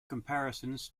comparisons